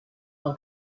one